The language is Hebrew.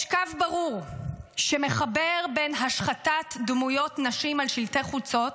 יש קו ברור שמחבר בין השחתת דמויות נשים על שלטי חוצות,